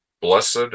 Blessed